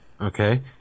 okay